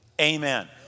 amen